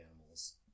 animals